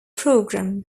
programme